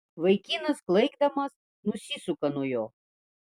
vaikinas klaikdamas nusisuka nuo jo